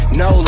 no